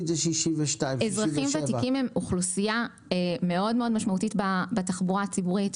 אזרחים ותיקים הם אוכלוסייה מאוד מאוד משמעותית בתחבורה הציבורית.